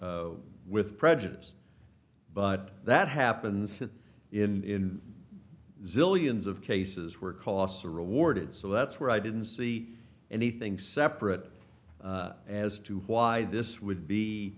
out with prejudice but that happens in zillions of cases where costs are awarded so that's where i didn't see anything separate as to why this would be